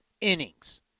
innings